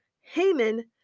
Haman